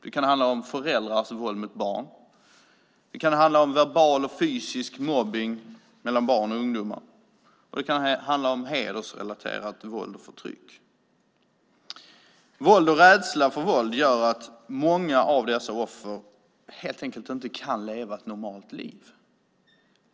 Det kan handla om föräldrars våld mot barn, om verbal och fysisk mobbning bland barn och ungdomar och det handlar om hedersrelaterat våld och förtryck. Våld och rädsla för våld gör att många av offren helt enkelt inte kan leva ett normalt liv.